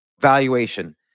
valuation